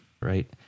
right